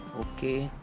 ok